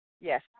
Yes